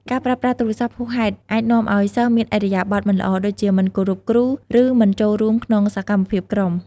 ការប្រើប្រាស់ទូរស័ព្ទហួសហេតុអាចនាំឱ្យសិស្សមានឥរិយាបថមិនល្អ ដូចជាមិនគោរពគ្រូ ឬមិនចូលរួមក្នុងសកម្មភាពក្រុម។